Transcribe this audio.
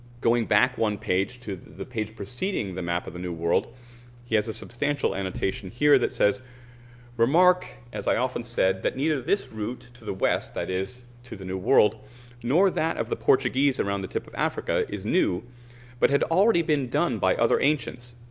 going back one page to the page preceding the map of the new world he has a substantial annotation here that says remark as i often said that neither this route to the west that is to the new world nor that of the portuguese around the top of africa is new but had already been done by other ancients,